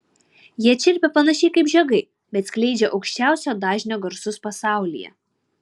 jie čirpia panašiai kaip žiogai bet skleidžia aukščiausio dažnio garsus pasaulyje